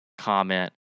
comment